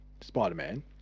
Spider-Man